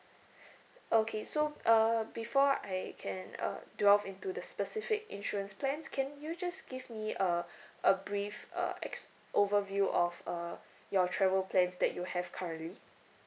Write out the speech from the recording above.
okay so uh before I can uh delve into the specific insurance plans can you just give me a a brief uh ex~ overview of uh your travel plans that you have currently